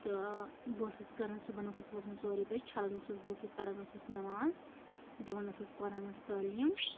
تہٕ بہٕ ٲسٕس کران صبُنَتھس ژورِ بَجہِ چھَلان ٲسٕس بہٕ بُتھ تہٕ پَڑان ٲسٕس نیماز دِوان ٲسٕس کورانَس تعلیٖم